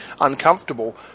uncomfortable